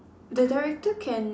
the director can